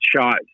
shot